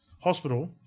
Hospital